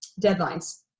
deadlines